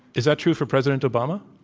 is that true for president obama?